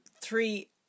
three